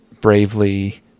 bravely